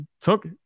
took